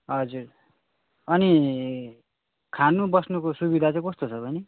हजुर अनि खानु बस्नुको सुविधा चाहिँ कस्तो छ बहिनी